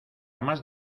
más